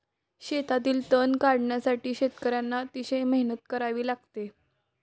शेतातील तण काढण्यासाठी शेतकर्यांना अतिशय मेहनत करावी लागते